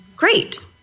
Great